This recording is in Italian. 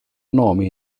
nome